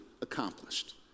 accomplished